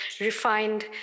refined